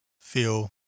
feel